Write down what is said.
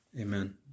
Amen